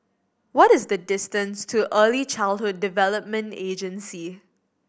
what is the distance to Early Childhood Development Agency